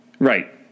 Right